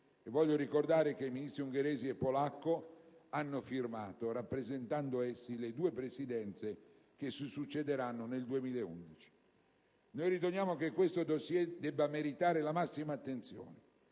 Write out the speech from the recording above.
Ricordo che i Ministri ungherese e polacco hanno firmato rappresentando essi le due Presidenze che si succederanno nel 2011. Riteniamo che questo dossier debba meritare la massima attenzione,